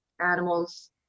animals